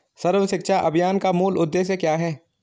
सर्व शिक्षा अभियान का मूल उद्देश्य क्या है?